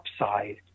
upside